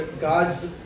God's